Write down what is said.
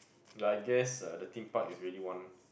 like I guess uh the Theme Park is really one